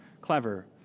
clever